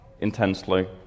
intensely